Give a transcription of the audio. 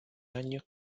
años